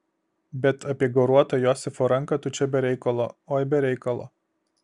bet apie gauruotą josifo ranką tu čia be reikalo oi be reikalo